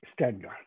standard